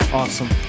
awesome